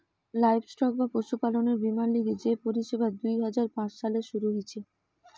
livestock বা পশুপালনের বীমার লিগে যে পরিষেবা দুই হাজার পাঁচ সালে শুরু হিছে